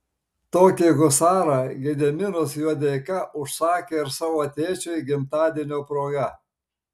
tokį husarą gediminas juodeika užsakė ir savo tėčiui gimtadienio proga